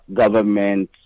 government